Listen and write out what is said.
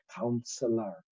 counselor